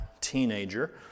teenager